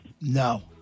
No